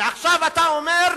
ועכשיו אתה אומר,